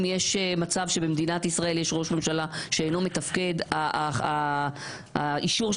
אם יש מצב שבמדינת ישראל יש ראש ממשלה שאינו מתפקד האישור של